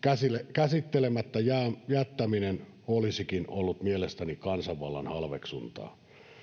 käsittelemättä jättäminen olisikin ollut mielestäni kansanvallan halveksuntaa